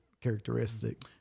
characteristic